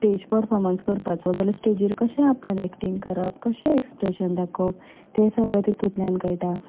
stage performance करपाचो जाल्यार स्टॅजीर कशें आपल्यान एक्टिंग करप कशें एक्सप्रेशन दाखोवप तें सगळें तितुंतल्यान कळटा